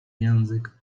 język